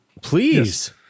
Please